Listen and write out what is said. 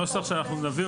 הנוסח שאנחנו נביא,